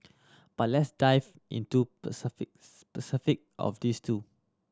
but let's dive into specific of these two